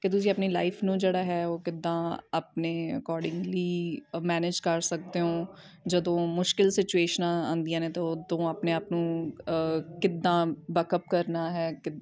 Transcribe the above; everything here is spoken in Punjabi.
ਕਿ ਤੁਸੀਂ ਆਪਣੀ ਲਾਈਫ ਨੂੰ ਜਿਹੜਾ ਹੈ ਉਹ ਕਿੱਦਾਂ ਆਪਣੇ ਅਕੋਡਿੰਗਲੀ ਅਮੈਨੇਜ ਕਰ ਸਕਦੇ ਹੋ ਜਦੋਂ ਮੁਸ਼ਕਿਲ ਸਿਚੁਏਸ਼ਨਾਂ ਆਉਂਦੀਆਂ ਨੇ ਤਾਂ ਉਹ ਤੋਂ ਆਪਣੇ ਆਪ ਨੂੰ ਕਿੱਦਾਂ ਬੈਕ ਅਪ ਕਰਨਾ ਹੈ ਕਿ